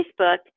Facebook